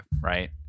Right